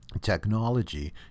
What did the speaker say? technology